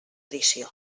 edició